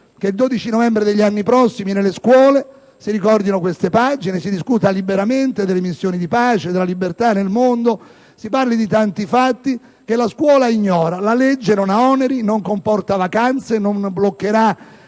che il 12 novembre degli anni prossimi nelle scuole si ricordino queste pagine e si discuta liberamente delle missioni di pace e della libertà del mondo, e si parli di tanti fatti che la scuola ignora. La legge non ha oneri, non comporta vacanze, non bloccherà